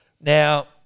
Now